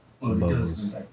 Bubbles